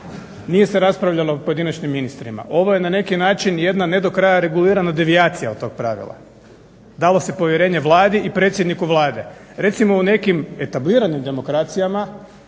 Nije se raspravljalo o pojedinačnim ministrima. Ovo je na neki način jedna ne do kraja regulirana devijacija od tog pravila. Dalo se povjerenje Vladi i predsjedniku Vlade. Recimo u nekim etabliranim demokracijama,